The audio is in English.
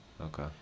Okay